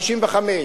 55,